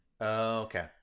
Okay